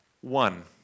One